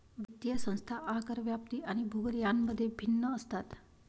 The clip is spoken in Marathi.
वित्तीय संस्था आकार, व्याप्ती आणि भूगोल यांमध्ये भिन्न असतात